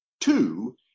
Two